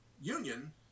Union